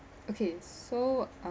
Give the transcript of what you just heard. okay so